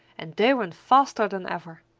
and they ran faster than ever.